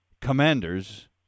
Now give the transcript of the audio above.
Commanders